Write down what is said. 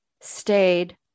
stayed